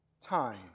Time